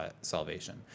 salvation